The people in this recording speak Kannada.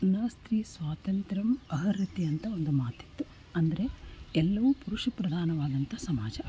ನ ಸ್ತ್ರೀ ಸ್ವಾತಂತ್ರ್ಯಮ್ ಅರ್ಹತಿ ಅಂತ ಒಂದು ಮಾತಿತ್ತು ಅಂದರೆ ಎಲ್ಲವು ಪುರುಷ ಪ್ರಧಾನವಾದಂತ ಸಮಾಜ